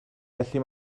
felly